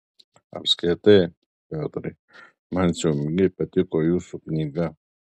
apskritai piotrai man siaubingai patiko jūsų knyga